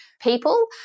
people